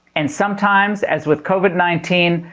and sometimes, as with covid nineteen,